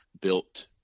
built